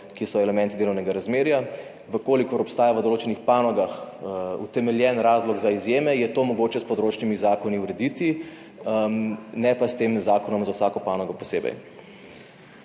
ki so elementi delovnega razmerja. V kolikor obstaja v določenih panogah utemeljen razlog za izjeme je to mogoče s področnimi zakoni urediti, ne pa s tem zakonom za vsako panogo posebej.